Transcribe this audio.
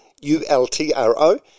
U-L-T-R-O